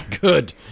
good